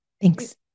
Thanks